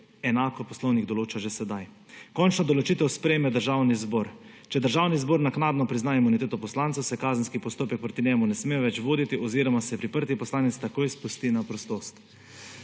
Enako Poslovnik določa že sedaj. Končno odločitev sprejme Državni zbor. Če Državni zbor naknadno prizna imuniteto poslanca, se kazenski postopek proti njemu ne sme več voditi oziroma se priprti poslanec takoj spusti na prostost.